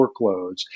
workloads